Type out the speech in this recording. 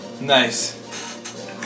Nice